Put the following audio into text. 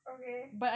okay